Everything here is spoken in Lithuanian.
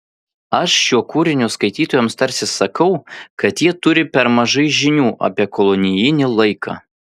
aš šiuo kūriniu skaitytojams tarsi sakau kad jie turi per mažai žinių apie kolonijinį laiką